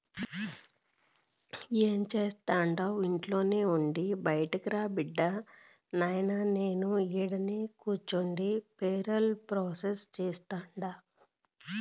ఏం జేస్తండావు ఇంట్లోనే ఉండి బైటకురా బిడ్డా, నాయినా నేను ఈడనే కూసుండి పేరోల్ ప్రాసెస్ సేస్తుండా